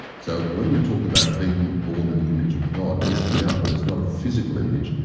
so, when we talk about being born in the image of god, yes we are, but it's not a physical image.